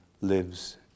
lives